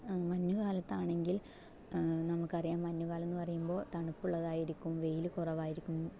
മഞ്ഞു കാലത്താണെങ്കിൽ നമുക്കറിയാം മഞ്ഞുകാലമെന്ന് പറയുമ്പോൾ തണുപ്പുള്ളതായിരിക്കും വെയില് കുറവായിരിക്കും